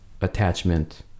attachment